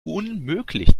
unmöglich